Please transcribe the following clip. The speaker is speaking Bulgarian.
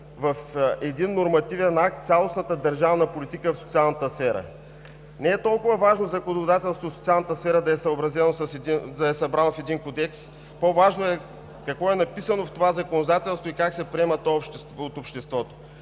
в един нормативен акт цялостната държавна политика в социалната сфера?“ Не е толкова важно законодателството в социалната сфера да е събрано в един кодекс, по-важно е какво е написано в това законодателство и как се приема то от обществото.